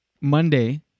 Monday